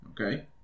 Okay